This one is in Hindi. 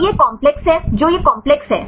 तो यह काम्प्लेक्स है जो यह काम्प्लेक्स है